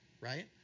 right